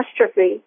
catastrophe